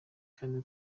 kandi